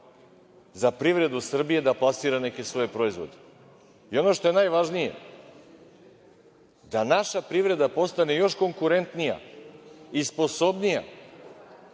za privredu Srbije da plasira neke svoje proizvode. Ono što je najvažnije, da naša privreda postane još konkurentnija sposobnija